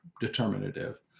determinative